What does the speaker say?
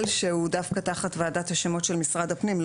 שהוא דווקא תחת ועדת השמות של משרד הפנים.